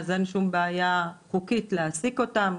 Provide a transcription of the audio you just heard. אז אין שום בעיה חוקית להעסיק אותם,